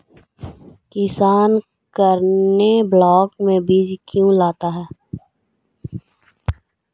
किसान करने ब्लाक से बीज क्यों लाता है?